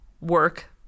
work